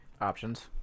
Options